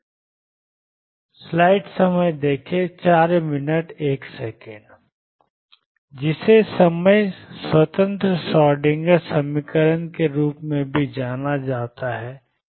या जिसे समय स्वतंत्र श्रोडिंगर समीकरण के रूप में भी जाना जाता है